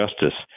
justice